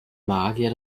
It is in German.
magier